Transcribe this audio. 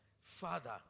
Father